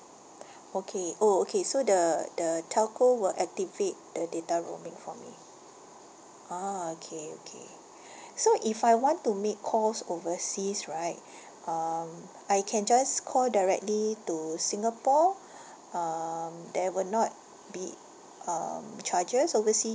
okay oh okay so the the telco will activate the data roaming for me orh okay okay so if I want to make calls overseas right um I can just call directly to singapore um there will not be um charges oversea